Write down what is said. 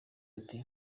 ati